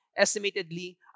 estimatedly